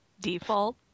Default